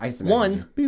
One